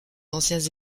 anciens